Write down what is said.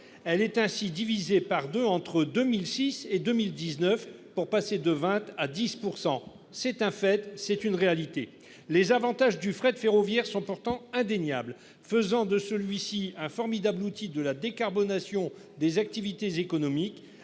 Elle est ainsi divisé par 2 entre 2006 et 2019 pour passer de 20 à 10%. C'est un fait, c'est une réalité. Les avantages du fret ferroviaire sont pourtant indéniables faisant de celui-ci, un formidable outil de la décarbonation des activités économiques.